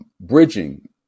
bridging